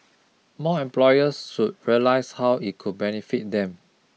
more employers should realise how it could benefit them